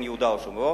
יהודה או שומרון.